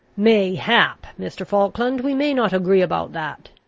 mayhap, mr. falkland, we may not agree about that.